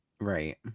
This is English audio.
Right